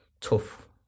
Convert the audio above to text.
tough